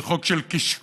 זה חוק של קשקוש,